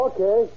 Okay